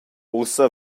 ussa